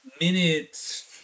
minutes